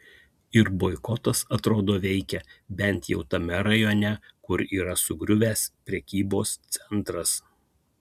ir boikotas atrodo veikia bent jau tame rajone kur yra sugriuvęs prekybos centras